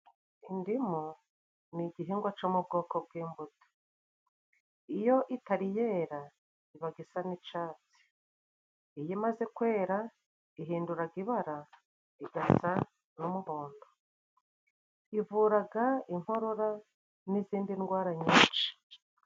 Indimu ni igihingwa co mu bwoko bw'imbuto. Iyo itari yera ibaga isa n'icatsi. Iyo imaze kwera ihinduraga ibara igasa n'umuhondo. Ivuraga inkorora n'izindi ndwara nyinshi.